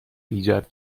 ایجاد